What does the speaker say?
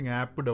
app